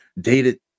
dated